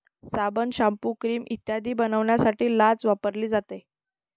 साबण, shampoo, cream इत्यादी बनवण्यासाठी लाच वापरली जाते